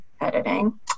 editing